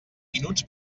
minuts